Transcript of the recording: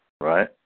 right